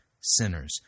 sinners